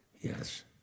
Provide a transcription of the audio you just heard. Yes